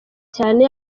cyane